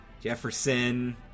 Jefferson